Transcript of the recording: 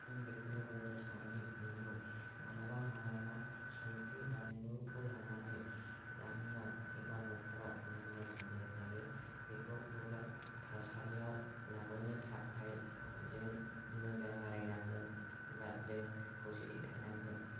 आं बेखौनो बुंनो सानोदि नोंगौ माब्लाबा माब्लाबा संख्रि बान्लुखौ लानानै गामियाव एबा न'खराव नांज्लाय खमलाय जायो बेखौ मोजां थासारियाव लाबोनो थाखाय जों मोजां रायज्लायनांगोन एबा जों खौसेथि थानांगोन